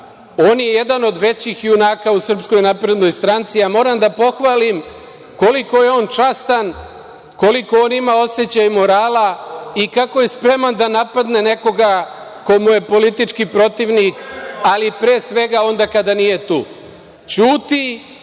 On je jedan od većih junaka u SNS. Moram da pohvalim koliko je on častan, koliko on ima osećaja i morala i kako je spreman da napadne nekoga ko mu je politički protivnik, ali pre svega onda kada nije tu. Ćuti